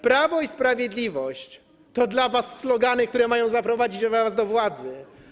Prawo i sprawiedliwość to dla was slogany, które mają zaprowadzić was do władzy.